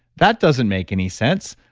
that doesn't make any sense.